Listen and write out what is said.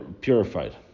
purified